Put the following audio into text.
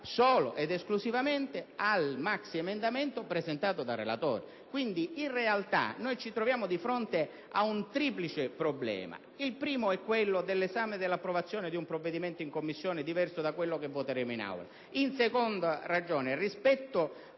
solo ed esclusivamente al maxiemendamento presentato dal relatore. Quindi, in realtà, ci troviamo di fronte a un triplice problema ed il primo è quello dell'esame ed approvazione di un provvedimento in Commissione diverso da quello che voteremo in Aula. Inoltre, rispetto